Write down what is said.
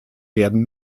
werden